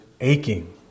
aching